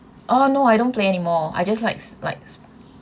oh no I don't play anymore I just likes likes